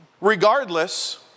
Regardless